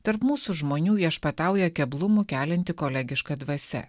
tarp mūsų žmonių viešpatauja keblumų kelianti kolegiška dvasia